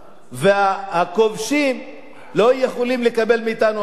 והכובשים לא יכולים לקבל מאתנו הגנה.